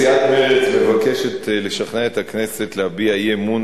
סיעת מרצ מבקשת לשכנע את הכנסת להביע אי-אמון